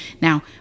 Now